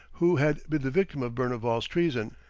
who had been the victim of berneval's treason,